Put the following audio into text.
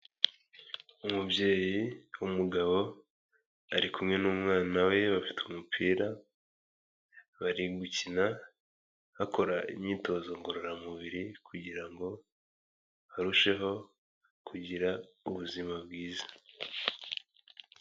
Umubyeyi w'umugabo ari kumwe n'umwana we bafite umupira, bari gukina bakora imyitozo ngororamubiri kugira ngo barusheho kugira ubuzima bwiza.